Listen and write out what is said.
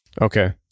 Okay